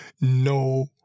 No